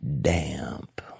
damp